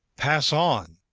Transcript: pass on,